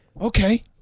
Okay